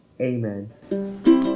Amen